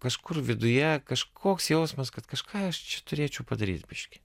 kažkur viduje kažkoks jausmas kad kažką aš čia turėčiau padaryt biškį